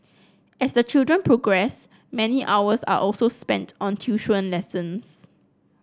as the children progress many hours are also spent on tuition lessons